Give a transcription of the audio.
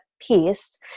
piece